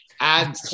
Add